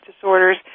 disorders